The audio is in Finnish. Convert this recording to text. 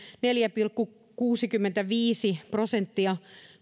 neljä pilkku kuusikymmentäviisi prosenttia